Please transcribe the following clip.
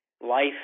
life